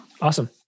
Awesome